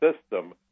system